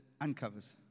uncovers